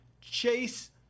chase